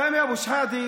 סמי אבו שחאדה,